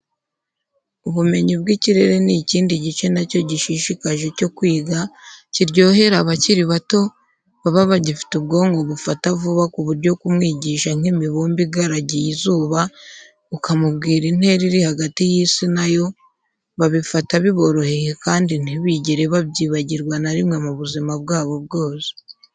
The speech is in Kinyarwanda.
Ubumenyi bw'ikirere ni ikindi gice na cyo gishishikaje cyo kwiga, kiryohera abakiri bato, baba bagifite ubwonko bufata vuba ku buryo kumwigisha nk'imibumbe igaragiye izuba, ukamubwira intera iri hagati y'isi na yo, babifata biboroheye kandi ntibigere babyibagirwa na rimwe mu buzima bwabo bwose.